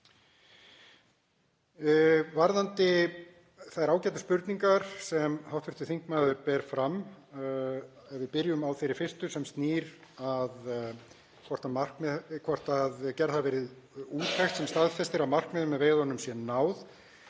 Varðandi þær ágætu spurningar sem hv. þingmaður ber fram, ef við byrjum á þeirri fyrstu sem snýr að því hvort gerð hafi verið úttekt sem staðfestir að markmiðin með veiðunum sé náð,